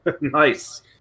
Nice